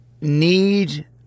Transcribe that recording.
need